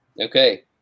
Okay